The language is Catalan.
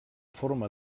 forma